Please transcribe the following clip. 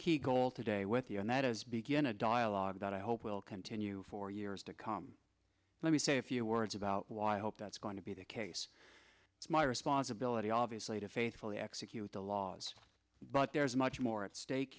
key goal today with the and that is begin a dialogue that i hope will continue for years to come let me say a few words about why i hope that's going to be the case it's my responsibility obviously to faithfully execute the laws but there's much more at stake